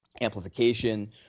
amplification